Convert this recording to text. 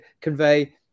convey